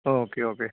okay okay